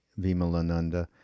Vimalananda